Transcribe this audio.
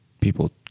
people